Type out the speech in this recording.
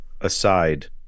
aside